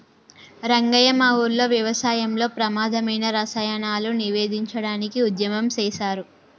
రంగయ్య మా ఊరిలో వ్యవసాయంలో ప్రమాధమైన రసాయనాలను నివేదించడానికి ఉద్యమం సేసారు